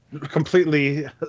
completely